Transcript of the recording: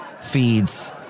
feeds